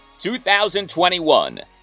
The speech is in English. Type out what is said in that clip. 2021